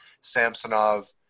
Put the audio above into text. Samsonov